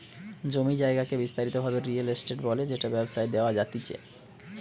জমি জায়গাকে বিস্তারিত ভাবে রিয়েল এস্টেট বলে যেটা ব্যবসায় দেওয়া জাতিচে